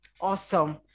Awesome